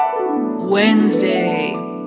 Wednesday